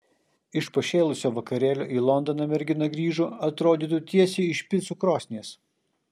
iš pašėlusio vakarėlio į londoną mergina grįžo atrodytų tiesiai iš picų krosnies